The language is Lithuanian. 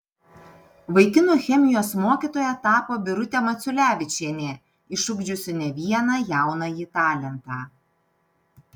vaikino chemijos mokytoja tapo birutė maciulevičienė išugdžiusi ne vieną jaunąjį talentą